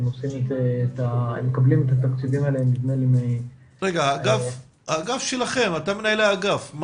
נדמה לי שהם מקבלים את התקציבים האלה --- אתה מנהל האגף.